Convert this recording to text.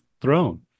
throne